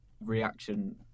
reaction